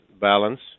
balance